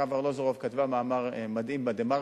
אתמול מירב ארלוזורוב כתבה מאמר מדהים ב"דה-מרקר":